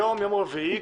היום יום רביעי,